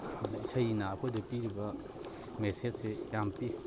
ꯑꯗ ꯏꯁꯩꯅ ꯑꯩꯈꯣꯏꯗ ꯄꯤꯔꯤꯕ ꯃꯦꯁꯦꯖꯁꯦ ꯌꯥꯝ ꯄꯤ